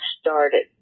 started